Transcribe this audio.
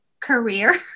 career